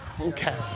Okay